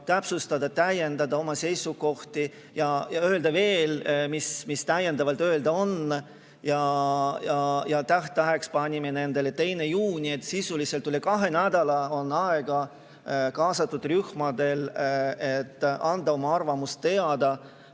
täpsustada ja täiendada oma seisukohti ja öelda veel, mis täiendavalt öelda on. Tähtajaks panime nendele 2. juuni. Sisuliselt üle kahe nädala on kaasatud rühmadel aega, et anda oma arvamus teada